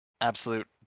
absolute